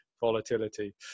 volatility